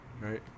Right